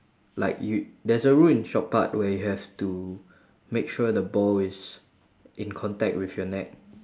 like you there's a rule in shot put where you have to make sure the ball is in contact with your neck